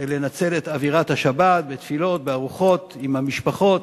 לנצל את אווירת השבת בתפילות, בארוחות עם המשפחות,